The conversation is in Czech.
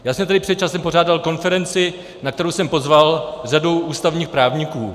Já jsem tady před časem pořádal konferenci, na kterou jsem pozval řadu ústavních právníků.